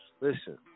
Listen